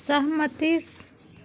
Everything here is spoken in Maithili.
सहमति